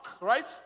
right